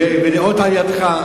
ולאות על ידך,